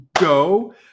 go